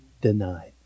denied